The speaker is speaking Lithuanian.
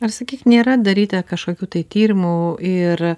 ar sakyk nėra daryta kažkokių tai tyrimų ir